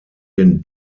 den